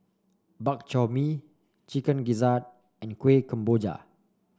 Bak Chor Mee Chicken Gizzard and Kuih Kemboja